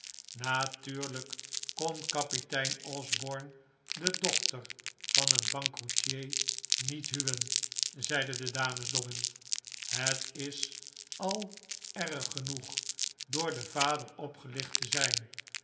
natuurlijk kon kapitein osborne de dochter van een bankroetier niet huwen zeiden de dames dobbin het is al erg genoeg door den vader opgelicht te zijn